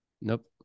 Nope